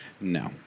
No